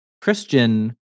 Christian